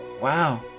Wow